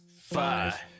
five